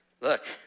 Look